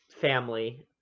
family